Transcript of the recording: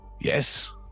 Yes